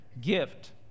gift